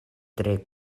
tre